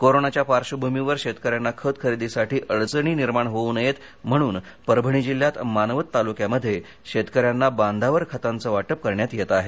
कोरोनाच्या पार्श्वभूमीवर शेतकऱ्यांना खत खरेदीसाठी अडचणी निर्माण होऊ नये म्हणून परभणी जिल्ह्यात मानवत तालुक्यामध्ये शेतकऱ्यांना बांधावर खातांचं वाटप करण्यात येत आहे